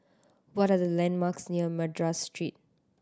what are the landmarks near Madras Street